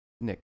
Nick